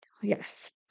yes